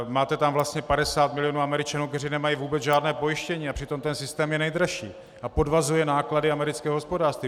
Máte tam 50 milionů Američanů, kteří nemají vůbec žádné pojištění, a přitom ten systém je nejdražší a podvazuje náklady amerického hospodářství.